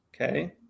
Okay